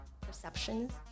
perceptions